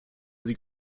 sie